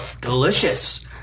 Delicious